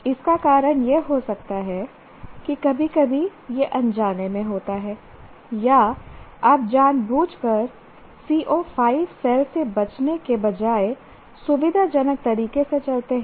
इसका कारण यह हो सकता है कभी कभी यह अनजाने में होता है या आप जानबूझकर CO 5 सेल से बचने के बजाय सुविधाजनक तरीके से चलते हैं